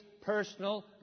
personal